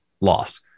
Lost